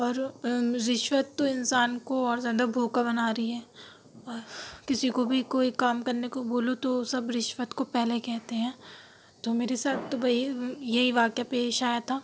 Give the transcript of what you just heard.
اور رشوت تو انسان کو اور زیادہ بھوکا بنا رہی ہے کسی کو بھی کوئی کام کرنے کو بولو تو سب رشوت کو پہلے کہتے ہیں تو میرے ساتھ تو بھائی یہی واقعہ پیش آیا تھا